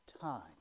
time